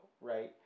right